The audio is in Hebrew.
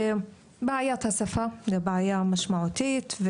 בעיית השפה זו בעיה משמעותית.